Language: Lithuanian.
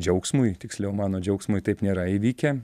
džiaugsmui tiksliau mano džiaugsmui taip nėra įvykę